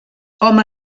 home